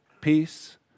peace